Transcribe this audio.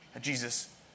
Jesus